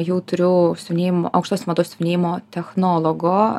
jau turiu siuvinėjimo aukštosios mados siuvinėjimo technologo